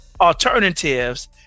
alternatives